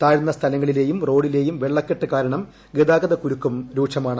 താഴ്ന്ന സ്ഥലങ്ങളിലെയും റോഡിലെയും വെള്ളക്കെട്ട് കാരണം ഗതാഗത കുരുക്കും രൂക്ഷമാണ്